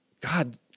God